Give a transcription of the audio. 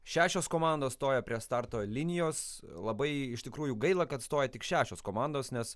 šešios komandos stojo prie starto linijos labai iš tikrųjų gaila kad stoja tik šešios komandos nes